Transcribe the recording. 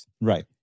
Right